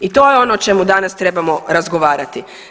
I to je ono o čemu danas trebamo razgovarati.